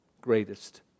greatest